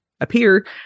appear